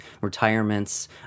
retirements